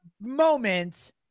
moment